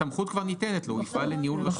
הסמכות כבר ניתנת לו: הוא יפעל לניהול רשות הניקוז.